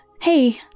Hey